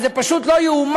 אבל זה פשוט לא ייאמן,